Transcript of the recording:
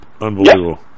Unbelievable